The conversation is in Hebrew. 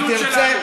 אם תרצה,